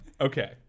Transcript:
Okay